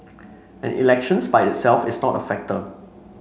and elections by itself is not a factor